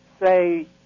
say